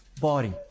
body